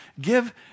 Give